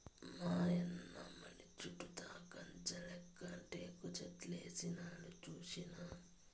మాయన్న మడి చుట్టూతా కంచెలెక్క టేకుచెట్లేసినాడు సూస్తినా